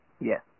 Yes